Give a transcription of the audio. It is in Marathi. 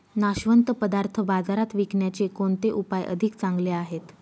नाशवंत पदार्थ बाजारात विकण्याचे कोणते उपाय अधिक चांगले आहेत?